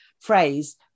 phrase